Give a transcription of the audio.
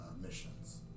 missions